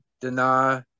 deny